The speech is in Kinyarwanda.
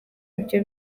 ibyo